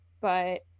but-